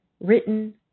written